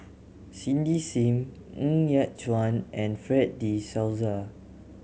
Cindy Sim Ng Yat Chuan and Fred De Souza